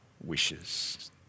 wishes